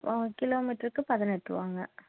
ஆ கிலோமீட்டருக்கு பதினெட்டு ரூபாங்க